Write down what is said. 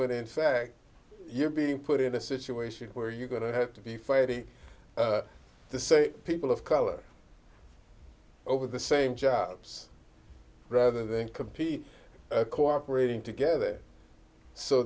when in fact you're being put in a situation where you're going to have to be fighting the same people of color over the same jobs rather than compete cooperating together so